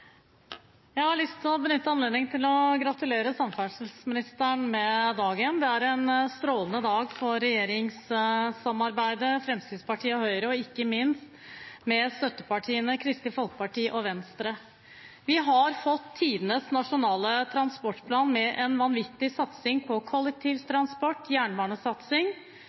Jeg har lyst til å benytte anledningen til å gratulere samferdselsministeren med dagen. Det er en strålende dag for regjeringssamarbeidet mellom Fremskrittspartiet og Høyre, og ikke minst for støttepartiene, Kristelig Folkeparti og Venstre. Vi har fått tidenes nasjonale transportplan, med en vanvittig satsing på kollektivtransport